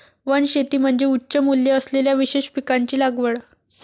वनशेती म्हणजे उच्च मूल्य असलेल्या विशेष पिकांची लागवड